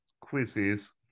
quizzes